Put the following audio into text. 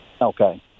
Okay